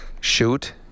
Shoot